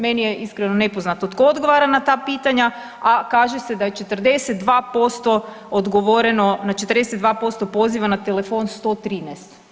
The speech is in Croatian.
Meni je iskreno nepoznato tko odgovara na ta pitanja, a kaže se da je 42% odgovoreno, na 42% poziva na telefon 113.